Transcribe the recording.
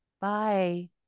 Bye